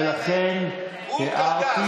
ולכן הערתי,